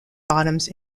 bottoms